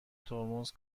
ترمز